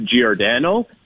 Giordano